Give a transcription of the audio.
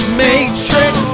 matrix